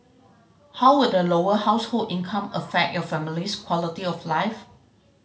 how would a lower household income affect your family's quality of life